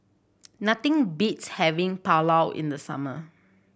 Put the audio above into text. nothing beats having Pulao in the summer